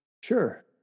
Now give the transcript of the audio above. Sure